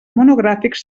monogràfics